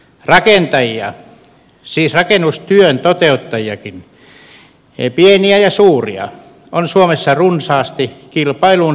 rakentajia siis rakennustyön toteuttajiakin pieniä ja suuria on suomessa runsaasti kilpailuun saakka